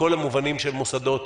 בכל המובנים של מוסדות,